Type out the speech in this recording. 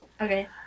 Okay